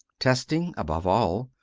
testing, above all,